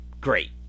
Great